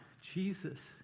Jesus